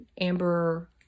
Amber